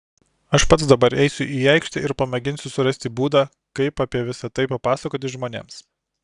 aš pats dabar eisiu į aikštę ir pamėginsiu surasti būdą kaip apie visa tai papasakoti žmonėms